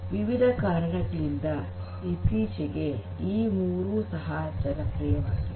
ವಿವಿಧ ಕಾರಣಗಳಿಂದ ಇತ್ತೀಚಿಗೆ ಈ ಮೂರೂ ಸಹ ಜನಪ್ರಿಯವಾಗಿವೆ